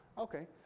Okay